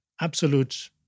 absolute